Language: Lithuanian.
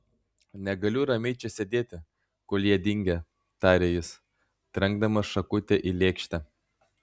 negaliu ramiai čia sėdėti kol jie dingę tarė jis trenkdamas šakutę į lėkštę